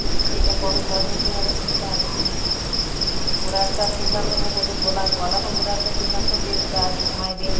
তাহলে সেটা কখন বসাবসি হবে সেটা আগে দেখুক ওরা একটা সিদ্ধান্ত নিক ওদের বলা বলা হোক ওরা একটা সিদ্ধান্ত দিক বা সময় দিক